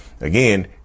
Again